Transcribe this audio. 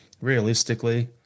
realistically